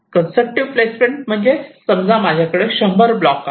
constructive placement म्हणजे समजा माझ्याकडे 100 ब्लॉक आहे